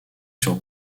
sur